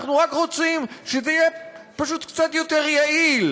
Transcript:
אנחנו רק רוצים שזה יהיה פשוט קצת יותר יעיל,